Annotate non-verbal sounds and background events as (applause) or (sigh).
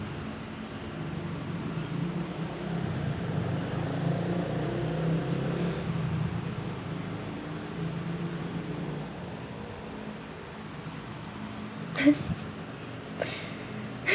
(laughs)